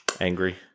Angry